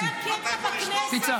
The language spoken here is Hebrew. כן, כי זה הקטע בכנסת --- לשתוק?